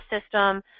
system